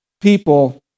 people